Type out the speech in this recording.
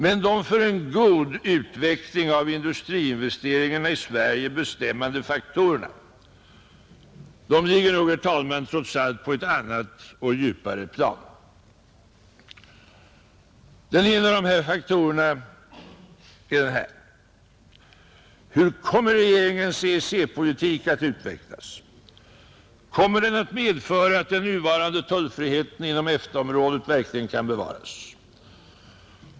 Men de för en god utveckling av industriinvesteringarna i Sverige bestämmande faktorerna ligger nog, herr talman, trots allt på ett annat och djupare plan. Den ena av dessa faktorer är: Hur kommer regeringens EEC-politik att utvecklas? Kommer den att medföra att den nuvarande tullfriheten inom EFTA-området verkligen kan bevaras?